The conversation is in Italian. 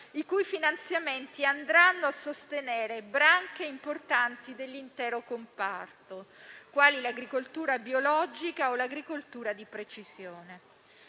i cui finanziamenti andranno a sostenere branche importanti dell'intero comparto, quali l'agricoltura biologica o l'agricoltura di precisione.